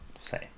say